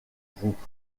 groupe